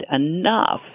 enough